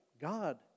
God